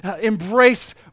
embrace